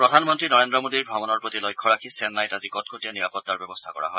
প্ৰধানমন্ত্ৰী নৰেন্দ্ৰ মোদীৰ ভ্ৰমণৰ প্ৰতি লক্ষ্য ৰাখি চেন্নাইত আজি কটকটীয়া নিৰাপত্তা ব্যৱস্থা কৰা হয়